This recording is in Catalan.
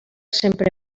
sempre